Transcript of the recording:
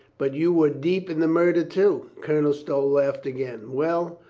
but you were deep in the murder, too. colonel stow laughed again. well,